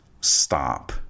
Stop